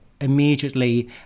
immediately